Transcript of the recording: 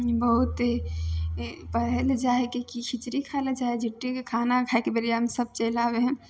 बहुत पढ़य लए जाइ हइ कि खिचड़ी खाइ लए जाइ हइ झुट्ठेके खाना खाइके बेरियामे सभ चलि आबै हइ